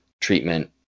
treatment